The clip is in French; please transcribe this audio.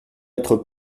être